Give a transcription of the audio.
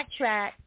backtrack